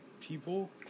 people